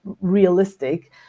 realistic